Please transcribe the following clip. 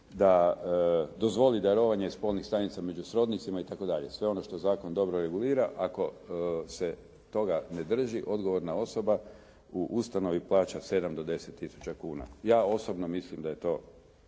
da dozvoli darovanje spolnih stanica među srodnicima itd., sve ono što zakon dobro regulira ako se toga ne drži odgovorna osoba u ustanovi plaća 7 do 10 tisuća kuna. Ja osobno mislim da je to